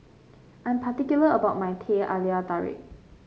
I'm particular about my Teh Halia Tarik